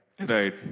Right